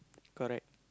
correct